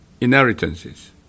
inheritances